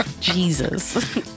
jesus